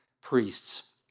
priests